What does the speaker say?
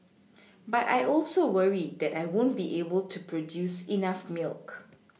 but I also worry that I won't be able to produce enough milk